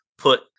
put